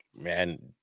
Man